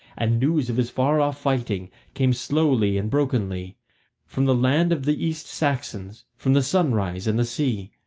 and news of his far-off fighting came slowly and brokenly from the land of the east saxons, from the sunrise and the sea.